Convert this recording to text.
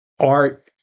art